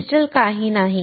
crystal काही नाही